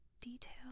detail